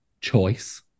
choice